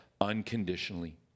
unconditionally